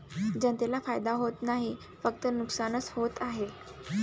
जनतेला फायदा होत नाही, फक्त नुकसानच होत आहे